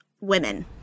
women